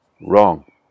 Wrong